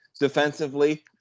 defensively